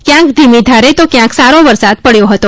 ક્યાંક ધીમી ધારે તો ક્યાંક સારો વરસાદ પડ્યો હતો